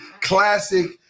classic